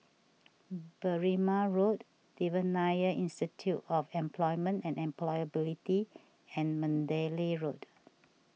Berrima Road Devan Nair Institute of Employment and Employability and Mandalay Road